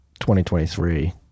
2023